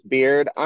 Beard